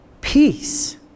Peace